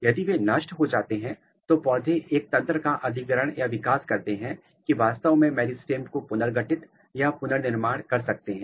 यदि वे नष्ट हो जाते हैं तो पौधे एक तंत्र का अधिग्रहण या विकास करते हैं कि वे वास्तव में मेरिस्टम्स को पुनर्गठित व पुनर्निर्माण कर सकते हैं